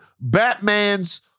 Batman's